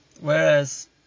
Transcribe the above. Whereas